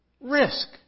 Risk